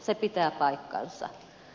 se pitää paikkansa